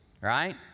right